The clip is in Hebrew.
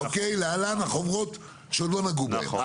להלן החוברות שעוד לא נגעו בהן.